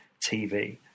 tv